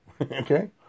Okay